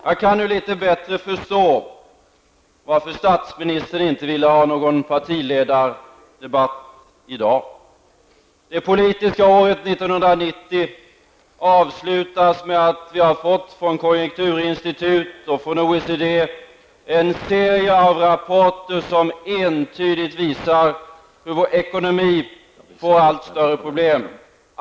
Jag kan nu litet bättre förstå varför statsministern inte ville ha någon partiledardebatt i dag. Det politiska året 1990 avslutas med att vi har fått från konjunkturinstitutet och OECD en serie av rapporter, som entydigt visar hur vår ekonomi får allt större problem.